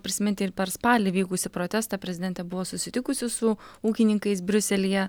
prisiminti ir per spalį vykusį protestą prezidentė buvo susitikusi su ūkininkais briuselyje